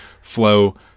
flow